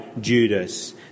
Judas